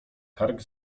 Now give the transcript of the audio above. kark